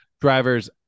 drivers